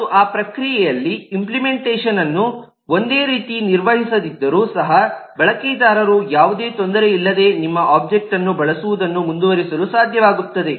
ಮತ್ತು ಆ ಪ್ರಕ್ರಿಯೆಯಲ್ಲಿ ಇಂಪ್ಲಿಮೆಂಟೇಷನ್ಅನ್ನು ಒಂದೇ ರೀತಿ ನಿರ್ವಹಿಸದಿದ್ದರೂ ಸಹ ಬಳಕೆದಾರರು ಯಾವುದೇ ತೊಂದರೆಯಿಲ್ಲದೆ ನಿಮ್ಮ ಒಬ್ಜೆಕ್ಟ್ ಅನ್ನು ಬಳಸುವುದನ್ನು ಮುಂದುವರಿಸಲು ಸಾಧ್ಯವಾಗುತ್ತದೆ